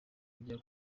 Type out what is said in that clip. kujya